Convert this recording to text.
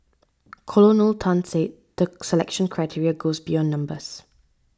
Colonel Tan said the selection criteria goes beyond numbers